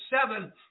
seven